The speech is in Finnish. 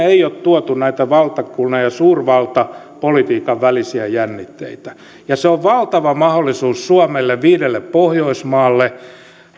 ei ole tuotu näitä valtakunnan ja suurvaltapolitiikan välisiä jännitteitä se on valtava mahdollisuus suomelle viidelle pohjoismaalle